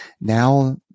now